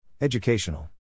Educational